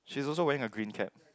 she also wearing a green cap